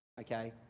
okay